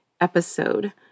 episode